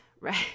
right